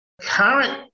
Current